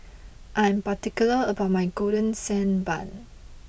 I am particular about my Golden Sand Bun